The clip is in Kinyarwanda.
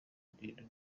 kugirira